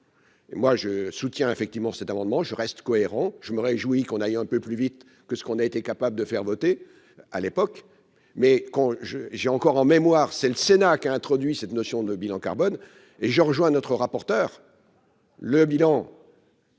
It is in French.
moi je soutiens effectivement cet amendement, je reste cohérent, je me réjouis qu'on aille un peu plus vite que ce qu'on a été capable de faire voter à l'époque, mais quand je j'ai encore en mémoire, c'est le Sénat qui a introduit cette notion de bilan carbone et je rejoins notre rapporteur le bilan.